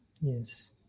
yes